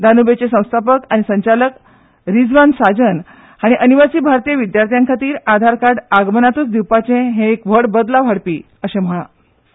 दानूबेचे संस्थापक आनी संचालक रिझवान साजन हांणी अनिवासी भारतीय विद्यार्थी खातीर आधार कार्ड आगमनताय दिवपाचे हें एक व्हड बदलाव हाडपी अशें तांणी म्हळां